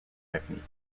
technique